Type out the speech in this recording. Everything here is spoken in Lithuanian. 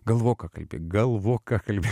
galvok ką kalbi galvok ką kalbi